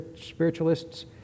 spiritualists